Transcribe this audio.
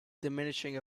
diminishing